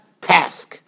task